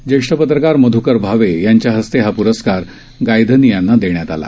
ज्येष्ठ पत्रकार मध्कर भावे यांच्या हस्ते हा प्रस्कार गायधनी यांनी देण्यात आला